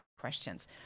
questions